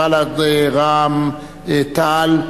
בל"ד ורע"ם-תע"ל,